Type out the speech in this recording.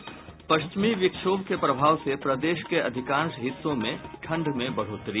और पश्चिम विक्षोभ के प्रभाव से प्रदेश के अधिकांश हिस्सों में ठंड में बढ़ोतरी